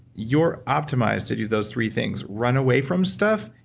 you're optimized to do those three things, run away from stuff,